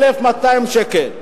1,200 שקל.